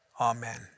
amen